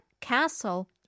castle